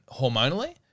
hormonally